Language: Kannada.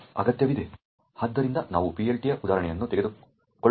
ಆದ್ದರಿಂದ ನಾವು PLT ಯ ಉದಾಹರಣೆಯನ್ನು ತೆಗೆದುಕೊಳ್ಳೋಣ